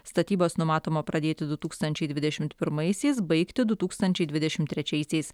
statybas numatoma pradėti du tūkstančiai dvidešimt pirmaisiais baigti du tūkstančiai dvidešimt trečiaisiais